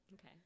okay